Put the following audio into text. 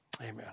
amen